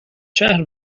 شهر